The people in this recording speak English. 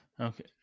Okay